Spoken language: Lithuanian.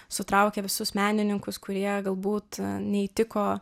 sutraukė visus menininkus kurie galbūt neįtiko